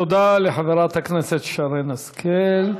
תודה לחברת הכנסת שרן השכל.